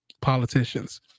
politicians